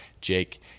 Jake